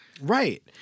Right